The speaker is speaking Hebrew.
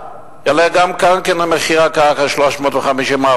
יעלה גם מחיר הקרקע ל-350,000,